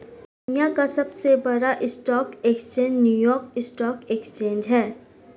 दुनिया का सबसे बड़ा stock exchange New York stock exchange है